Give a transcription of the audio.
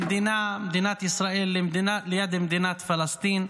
מדינת ישראל ליד מדינת פלסטין,